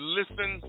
listen